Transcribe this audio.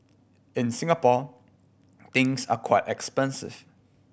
in Singapore things are quite expensive